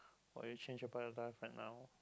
what will you change about your life like now